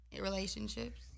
relationships